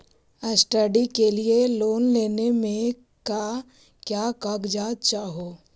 Study के लिये loan लेने मे का क्या कागजात चहोये?